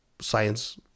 science